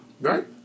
Right